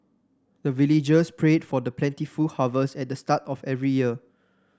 the villagers pray for the plentiful harvest at the start of every year